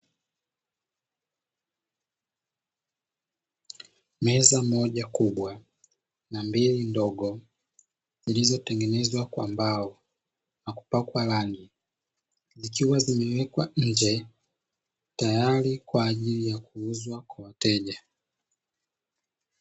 Meza moja kubwa na mbili ndogo iliyotengenezwa kwa mbao na kupakwa rangi na kuwekwa nnje tayari kwa ajili ya kuuzwa kwa wateja.